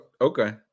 Okay